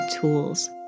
tools